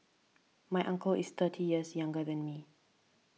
my uncle is thirty years younger than me